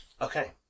okay